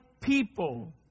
people